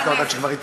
מכובדי השר,